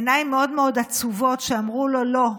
עיניים מאוד מאוד עצובות שאמרו לו: לא.